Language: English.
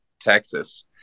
Texas